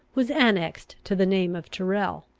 was annexed to the name of tyrrel.